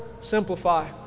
simplify